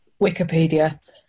Wikipedia